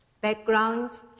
background